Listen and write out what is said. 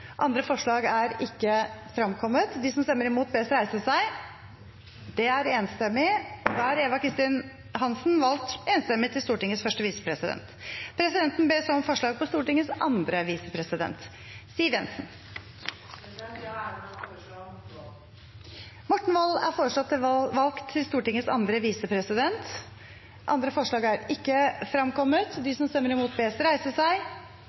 Andre forslag er ikke fremkommet. Presidenten ber så om forslag på Stortingets andre visepresident . Jeg har æren av å foreslå Morten Wold. Morten Wold er foreslått valgt til Stortingets andre visepresident. – Andre forslag er ikke fremkommet.